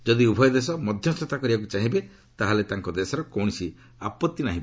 ଯଦି ଉଭୟ ଦେଶ ମଧ୍ୟସ୍ଥତା କରିବାକୁ ଚାହିଁବେ ତାହେଲେ ତାଙ୍କ ଦେଶର କୌଣସି ଆପଭି ନାହିଁ